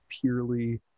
purely